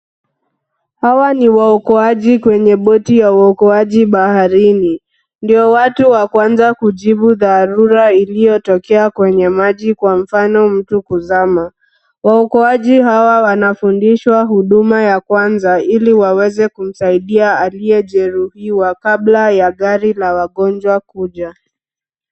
Hawa ni waokoaji kwenye boti ya okoaji baharini. Ndio watu wa kwanza kujibu dharura iliyotokea kwenye maji kwa mfano mtu kuzama. Waokoaji hawa wanafundishwa huduma ya kwanza ili waweze kumsaidia aliyejeruhiwa kabla ya gari la wagonjwa kuja.